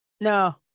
No